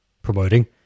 Promoting